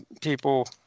people